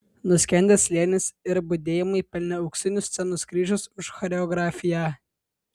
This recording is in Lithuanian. nuskendęs slėnis ir budėjimai pelnė auksinius scenos kryžius už choreografiją